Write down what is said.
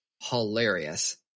hilarious